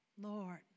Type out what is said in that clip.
Lord